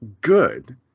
good